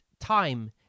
Time